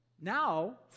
Now